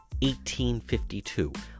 1852